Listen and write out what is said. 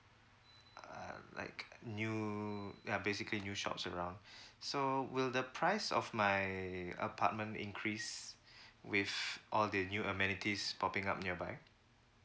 uh like new ya basically new shops around so will the price of my apartment increase with all the new amenities popping up nearby